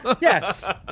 Yes